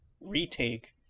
retake